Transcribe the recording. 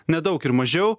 nedaug ir mažiau